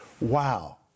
Wow